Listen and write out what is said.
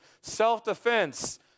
self-defense